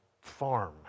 farm